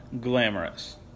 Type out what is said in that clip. glamorous